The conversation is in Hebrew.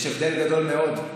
יש הבדל גדול מאוד.